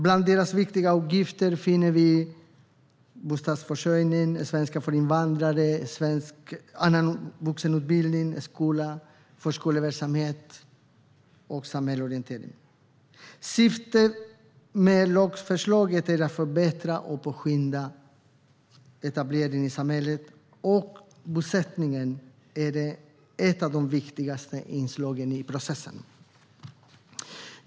Bland deras viktiga uppgifter finner vi bostadsförsörjning, svenska för invandrare, annan vuxenutbildning, skola, förskoleverksamhet och samhällsorientering. Syftet med lagförslaget är att förbättra och påskynda etableringen i samhället, och bosättningen är ett av de viktigaste inslagen i processen.